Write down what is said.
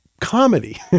comedy